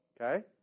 Okay